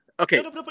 Okay